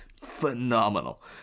phenomenal